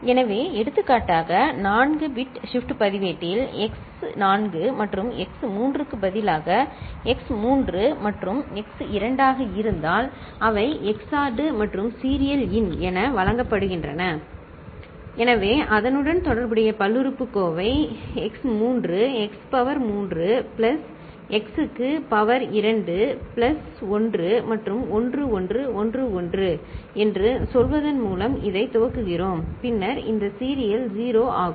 எனவே எடுத்துக்காட்டாக 4 bit shift பதிவேட்டில் x 4 மற்றும் x 3 க்கு பதிலாக x 3 மற்றும் x 2 ஆக இருந்தால் அவை XORed மற்றும் சீரியல் இன் என வழங்கப்படுகின்றன எனவே அதனுடன் தொடர்புடைய பல்லுறுப்புக்கோவை x3 x power 3 plus x க்கு பவர் 2 பிளஸ் 1 மற்றும் 1 1 1 1 என்று சொல்வதன் மூலம் இதை துவக்குகிறோம் பின்னர் இந்த சீரியல் 0 ஆகும்